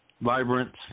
vibrant